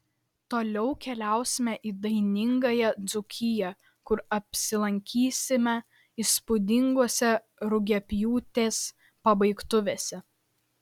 toliau keliausime į dainingąją dzūkiją kur apsilankysime įspūdingose rugiapjūtės pabaigtuvėse